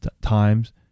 times